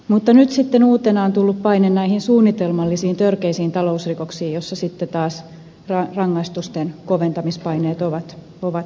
mutta nyt uutena on tullut paine näihin suunnitelmallisiin törkeisiin talousrikoksiin joissa taas rangaistusten koventamispaineet ovat merkittäviä